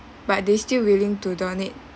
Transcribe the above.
but they still willing to donate